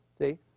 see